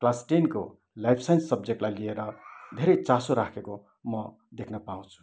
class टेनको life science सब्जेक्टलाई लिएर धेरै चासो राखेको म देख्न पाउँछु